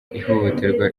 ihohoterwa